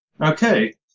Okay